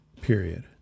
Period